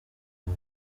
aba